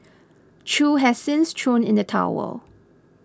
chew has since thrown in the towel